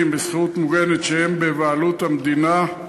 בשכירות מוגנת שהם בבעלות המדינה,